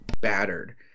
battered